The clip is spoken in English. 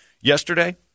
yesterday—